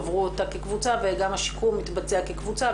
הן עברו כקבוצה וגם השיקום מתבצע כקבוצה,